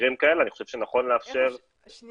במקרים כאלה אני חושב שנכון לאפשר שיקול